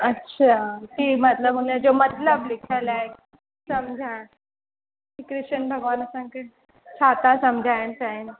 अच्छा कि मतलबु हुनजो मतलबु लिखियल आहे समुझाइण कि कृष्न भॻवान असांखे छा था समुझाइणु चाहिनि